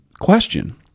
question